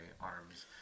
arms